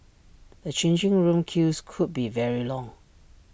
the changing room queues could be very long